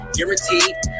guaranteed